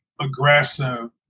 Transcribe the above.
aggressive